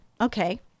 okay